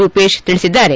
ರೂಪೇಶ್ ತಿಳಿಸಿದ್ದಾರೆ